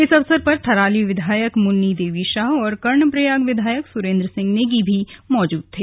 इस अवसर पर थराली विधायक मुन्नी देवी शाह और कर्णप्रयाग विधायक सुरेन्द्र सिंह नेगी भी मौजूद थे